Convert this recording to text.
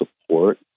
support